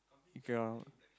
round